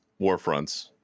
Warfronts